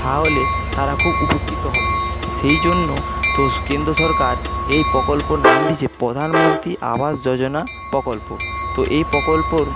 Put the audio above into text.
তাহলে তারা খুব উপকৃত হবে সেই জন্য তো কেন্দ্রীয় সরকার এই প্রকল্পর নাম দিয়েছে প্রধানমন্ত্রী আবাস যোজনা প্রকল্প তো এই প্রকল্পর